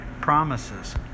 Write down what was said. promises